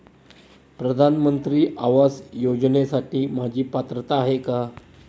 प्रधानमंत्री आवास योजनेसाठी माझी पात्रता आहे का?